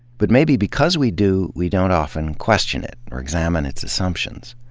but maybe because we do, we don't often question it or examine its assumptions.